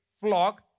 flock